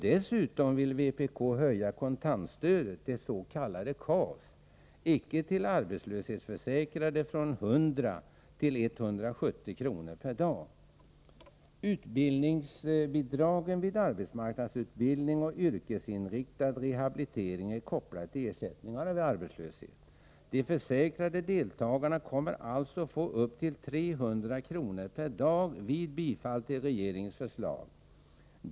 Dessutom vill vpk höja kontantstödet, det s.k. KAS, till icke-arbetslöshetsförsäkrade från 100 till 170 kr. per dag. Utbildningsbidragen vid arbetsmarknadsutbildning och yrkesinriktad rehabilitering är kopplade till ersättningarna vid arbetslöshet. De försäkrade deltagarna kommer alltså att få upp till 300 kr. per dag vid bifall till regeringens förslag.